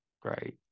great